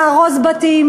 להרוס בתים,